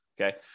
Okay